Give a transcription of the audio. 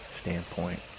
standpoint